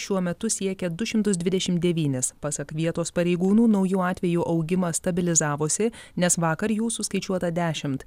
šiuo metu siekia du šimtus dvidešim devynis pasak vietos pareigūnų naujų atvejų augimas stabilizavosi nes vakar jų suskaičiuota dešimt